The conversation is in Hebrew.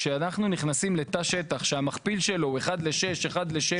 כשאנחנו נכנסים לתא שטח שהמכפיל שלו הוא 1:6 1:7,